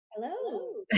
Hello